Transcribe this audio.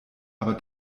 aber